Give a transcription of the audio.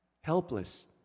Helpless